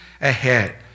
ahead